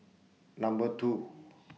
Number two